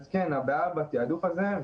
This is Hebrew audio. הבעיה בתעדוף הזה,